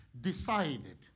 decided